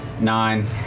Nine